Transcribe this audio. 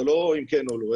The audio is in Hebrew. זה לא אם כן או לא,